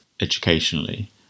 educationally